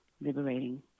liberating